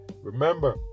Remember